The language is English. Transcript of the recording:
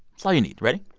so all you need. ready?